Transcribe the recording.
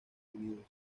unidos